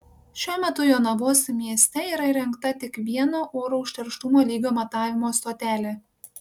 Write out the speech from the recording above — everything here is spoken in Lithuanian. šiuo metu jonavos mieste yra įrengta tik viena oro užterštumo lygio matavimo stotelė